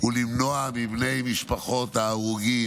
ולמנוע מבני משפחות ההרוגים,